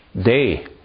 day